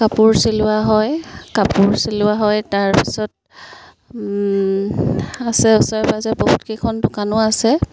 কাপোৰ চিলোৱা হয় কাপোৰ চিলোৱা হয় তাৰপিছত আছে ওচৰে পাঁজৰে বহুতকেইখন দোকানো আছে